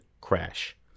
crash